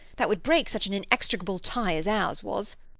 that would break such an inextricable tie as ours was.